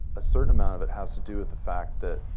a certain amount of it has to do with the fact that